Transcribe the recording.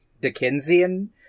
Dickensian